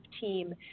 team